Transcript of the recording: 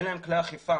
אין להם כלי אכיפה,